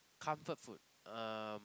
comfort food um